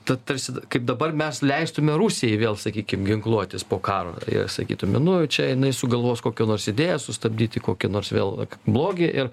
ta tarsi kaip dabar mes leistume rusijai vėl sakykime ginkluotis po karo jei sakytume nuo čia jinai sugalvos kokią nors idėją sustabdyti kokį nors vėl blogį ir